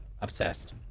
obsessed